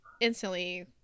instantly